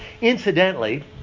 Incidentally